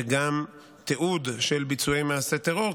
וגם תיעוד של ביצועי מעשי טרור,